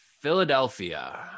Philadelphia